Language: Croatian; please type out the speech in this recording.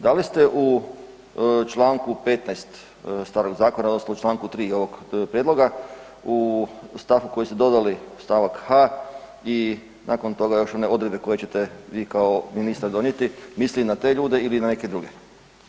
Da li ste u čl. 15. starog zakona odnosno u čl. 3. ovog prijedloga u stavku koji ste dodali stavak h i nakon toga još jedne odredbe koje ćete vi kao ministar donijeti, mislili na te ljude ili na neke druge?